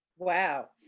Wow